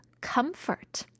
comfort